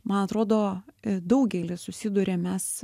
man atrodo daugelis susiduriam mes